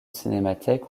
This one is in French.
cinémathèque